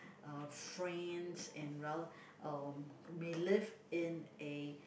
uh friends and rel~ uh may live in a